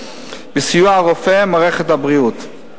בסיוע הרופא ומערכת הבריאות.